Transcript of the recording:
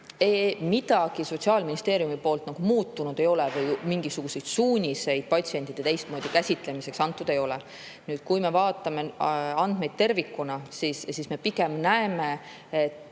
Midagi Sotsiaalministeeriumi tehtuna muutunud ei ole, mingisuguseid suuniseid patsientide teistmoodi käsitlemiseks antud ei ole. Kui me vaatame andmeid tervikuna, siis me pigem näeme, et